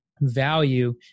value